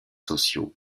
sociaux